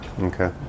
Okay